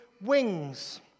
wings